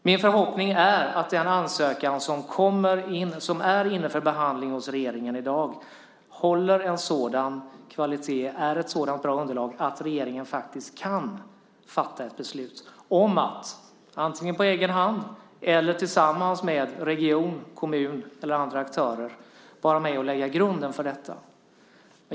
Min förhoppning är att den ansökan som i dag är inne för behandling hos regeringen håller en sådan kvalitet och är ett så bra underlag att regeringen kan fatta beslut om att antingen på egen hand eller också tillsammans med region, kommun eller andra aktörer vara med och lägga grunden för detta.